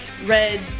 Red